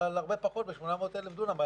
ולהרבה פחות מ-800,000 דונם.